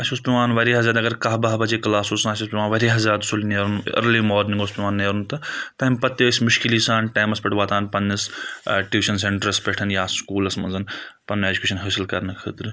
اَسہِ اوس پیٚوان واریاہ زیادٕ اگر کاہ باہ بَجے کٕلاس اوس اَسہِ اوس پؠوان واریاہ زیادٕ سُلہِ نَیرُن أرلِی مارنِنٛگ اوس پیٚوان نیرُن تہٕ تَمہِ پَتہٕ تہِ ٲسۍ مُشکِلی سان ٹایِمَس پؠٹھ واتان پنٛنِس ٹیوٗشَن سَؠنٛٹَرَس پؠٹھ یا سکوٗلَس منٛز پَنُن ایٚجُکیشَن حٲصِل کَرنہٕ خٲطرٕ